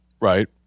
right